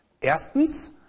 Erstens